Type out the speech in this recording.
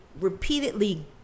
repeatedly